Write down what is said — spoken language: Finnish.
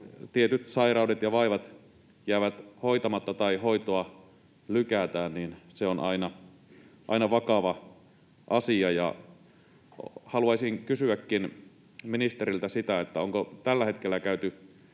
tietyt sairaudet ja vaivat jäävät hoitamatta tai hoitoa lykätään, niin se on aina vakava asia. Haluaisinkin kysyä ministeriltä sitä, onko tällä hetkellä käyty